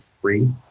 free